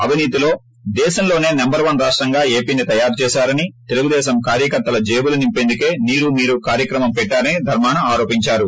అవినీతిలో దేశంలోసే number one రాష్టంగా ఏపీని తయారు వి విద్యుత్వ విద్యుత్వ కార్యకర్తల జేబులు నింపేందుకే నీరు మీరు కార్యక్రమం పెట్టారని ధర్మాన ఆరోపించారు